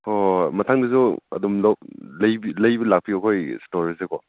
ꯍꯣꯏ ꯍꯣꯏ ꯍꯣꯏ ꯃꯊꯪꯗꯁꯨ ꯑꯗꯨꯝ ꯂꯩꯕ ꯂꯥꯛꯄꯤꯌꯨ ꯑꯩꯈꯣꯏ ꯁ꯭ꯇꯣꯔꯗꯀꯣ